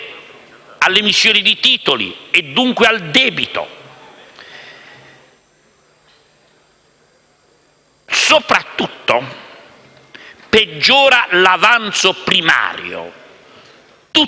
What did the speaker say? all'emissione di titoli e dunque al debito. Soprattutto, peggiora l'avanzo primario: tutti